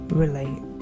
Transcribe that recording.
relate